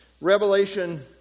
Revelation